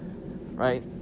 right